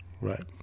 Right